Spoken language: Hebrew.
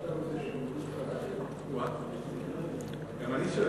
מה אתה רוצה, שהם, או אה, גם אני שואל.